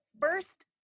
first